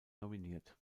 nominiert